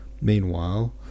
Meanwhile